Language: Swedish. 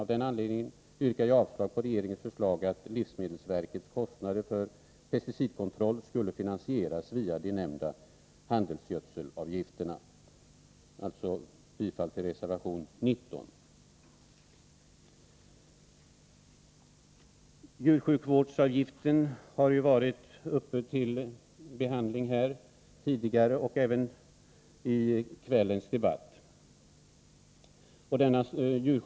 Av den anledningen yrkar jag avslag på regeringens förslag att livsmedelsverkets kostnader för pesticidkontroll skulle finansieras via de nämnda handelsgödselavgifterna, vilket innebär bifall till reservation 19. Djursjukvårdsavgiften har varit uppe till behandling här tidigare och även diskuterats tidigare i kvällens debatt.